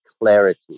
clarity